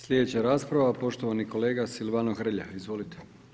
Sljedeća rasprava poštovani kolega Silvano Hrelja, izvolite.